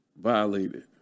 violated